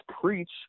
Preach